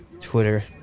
Twitter